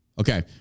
Okay